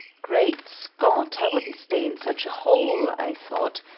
great scott! i wouldn't stay in such a hole, i thought,